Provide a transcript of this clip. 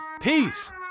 Peace